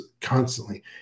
constantly